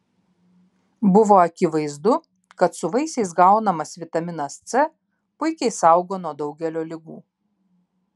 buvo akivaizdu kad su vaisiais gaunamas vitaminas c puikiai saugo nuo daugelio ligų